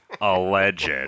Alleged